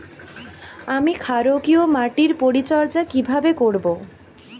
আমি ক্ষারকীয় মাটির পরিচর্যা কিভাবে করব?